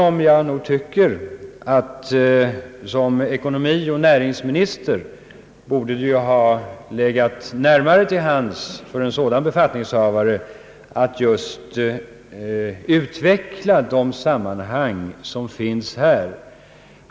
Jag tycker nog att det för honom, som ekonomioch näringsminister, borde ha legat närmare till hands att utveckla de sammanhang det här gäller.